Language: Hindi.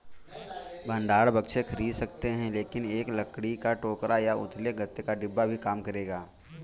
भंडारण बक्से खरीद सकते हैं लेकिन एक लकड़ी का टोकरा या उथले गत्ते का डिब्बा भी काम करेगा